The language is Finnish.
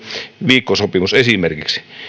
viikkosopimus ja